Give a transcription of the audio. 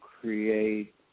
create